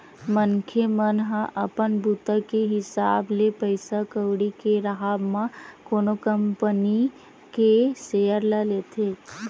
मनखे मन ह अपन बूता के हिसाब ले पइसा कउड़ी के राहब म कोनो कंपनी के सेयर ल लेथे